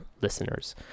listeners